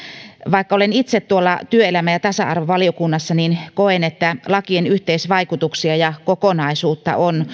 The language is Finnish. vaikka olen itse tuolla työelämä ja tasa arvovaliokunnassa koen että lakien yhteisvaikutuksia ja kokonaisuutta on